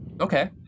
Okay